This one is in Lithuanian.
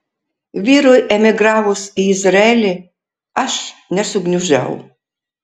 vyrui emigravus į izraelį aš nesugniužau